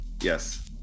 Yes